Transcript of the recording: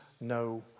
no